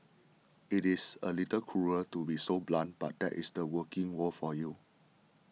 it is a little cruel to be so blunt but that is the working world for you